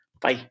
Bye